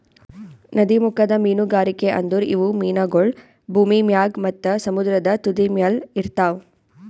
ನದೀಮುಖದ ಮೀನುಗಾರಿಕೆ ಅಂದುರ್ ಇವು ಮೀನಗೊಳ್ ಭೂಮಿ ಮ್ಯಾಗ್ ಮತ್ತ ಸಮುದ್ರದ ತುದಿಮ್ಯಲ್ ಇರ್ತಾವ್